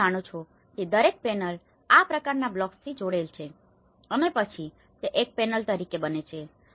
તમે જાણો છો કે દરેક પેનલ આ પ્રકારના બ્લોક્સથી જોડેલ છે અને પછી તે એક પેનલ તરીકે બને છે